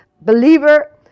believer